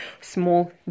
small